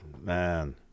man